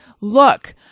look